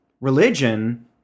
religion